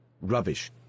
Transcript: Rubbish